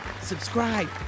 subscribe